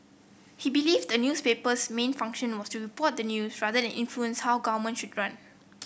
he believed the newspaper's main function was to report the news rather than influence how government should run